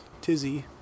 Tizzy